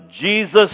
Jesus